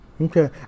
Okay